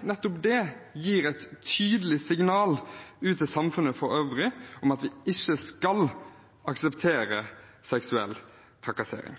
nettopp det gir et tydelig signal ut til samfunnet for øvrig om at vi ikke skal akseptere seksuell trakassering.